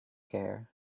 here